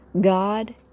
God